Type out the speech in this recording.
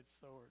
sword